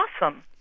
Awesome